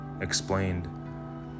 explained